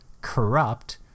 corrupt